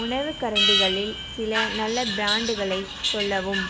உணவு கரண்டிகளில் சில நல்ல பிராண்டுகளை சொல்லவும்